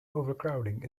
overcrowding